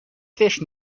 fish